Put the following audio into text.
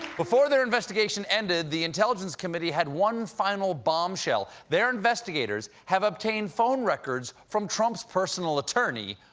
before their investigation ended, the intelligence committee had one final bombshell their investigators have obtained phone records from trump's personal attorney,